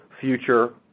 future